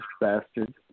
bastard